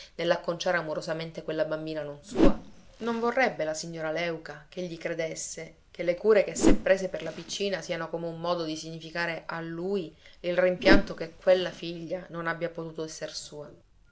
nell'acconciare amorosamente quella bambina non sua non vorrebbe la signora léuca ch'egli credesse che le cure che s'è prese per la piccina siano come un modo di significare a lui il rimpianto che quella figlia non abbia potuto esser sua